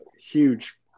huge